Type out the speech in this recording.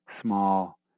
small